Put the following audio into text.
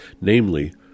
namely